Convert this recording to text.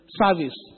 service